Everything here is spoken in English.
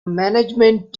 management